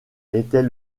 était